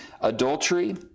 adultery